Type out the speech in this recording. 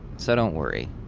so don't worry.